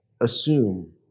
assume